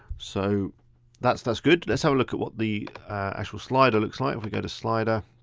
so that's that's good. let's have a look at what the actual slider looks like. if we go to slider,